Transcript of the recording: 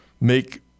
make